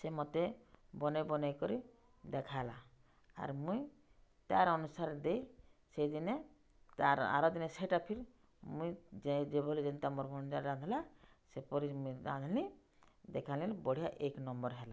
ସେ ମତେ ବନେଇ ବନେଇ କରି ଦେଖାଲା ଆର୍ ମୁଇଁ ତାର୍ ଅନୁସାରେ ଦେଇ ସେଇଦିନେ ତାର୍ ଆର ଦିନେ ସେଟା ଫିର୍ ମୁଇଁ ଯେ ଯେଭଳି ଯେନ୍ତା ମର୍ ଭଣଜା ରାନ୍ଧ୍ଲା ସେପରି ମୁଇଁ ରାନ୍ଧ୍ଲିଁ ଦେଖା ନେଲି ବଢ଼ିଆ ଏ୍କ ନମ୍ବର୍ ହେଲା